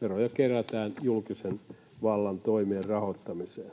Veroja kerätään julkisen vallan toimien rahoittamiseen.